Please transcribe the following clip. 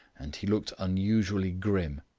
and he looked unusually grim.